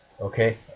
okay